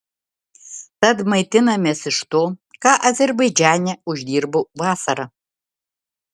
tad maitinamės iš to ką azerbaidžane uždirbau vasarą